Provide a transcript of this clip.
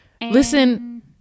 Listen